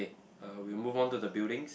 eh uh we will move on to the buildings